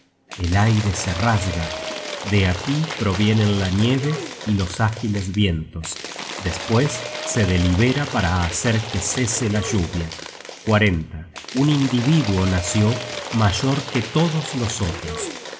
el aire se rasga de aquí provienen la nieve y los ágiles vientos despues se delibera para hacer que cese la lluvia un individuo nació mayor que todos los otros